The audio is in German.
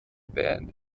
band